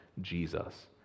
Jesus